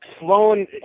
Slowing